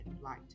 light